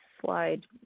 slide